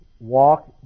walk